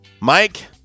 Mike